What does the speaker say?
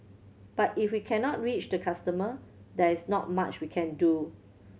but if we cannot reach the customer there is not much we can do